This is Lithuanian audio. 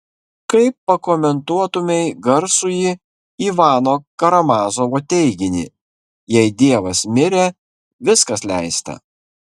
kaip pakomentuotumei garsųjį ivano karamazovo teiginį jei dievas mirė viskas leista